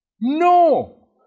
No